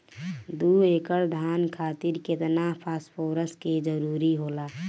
दु एकड़ धान खातिर केतना फास्फोरस के जरूरी होला?